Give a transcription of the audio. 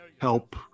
help